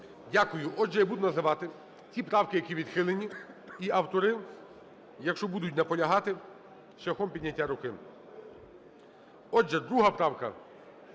Дякую. Отже, я буду називати ті правки, які відхилені. І автори, якщо будуть наполягати, шляхом підняття руки. Отже, 2 правка.